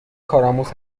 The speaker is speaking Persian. کارآموز